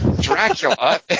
Dracula